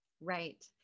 right